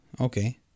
Okay